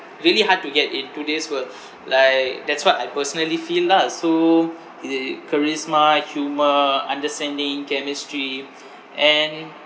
really hard to get in today's world like that's what I personally feel lah so charisma humour understanding chemistry and